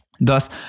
Thus